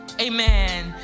Amen